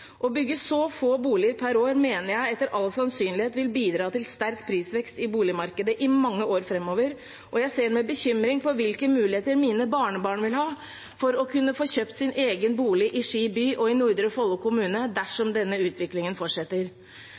Å bygge så få boliger per år mener jeg etter all sannsynlighet vil bidra til sterk prisvekst i boligmarkedet i mange år framover, og jeg ser med bekymring på hvilke muligheter mine barnebarn vil ha for å kunne få kjøpt sin egen bolig i Ski by og i Nordre Follo kommune, dersom denne utviklingen fortsetter.